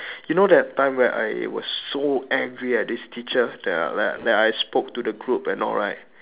you know that time when I was so angry at this teacher that I that I I spoke to the group and all right